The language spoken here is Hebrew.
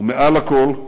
ומעל לכול,